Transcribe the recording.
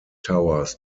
towers